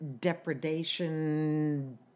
depredation